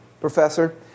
professor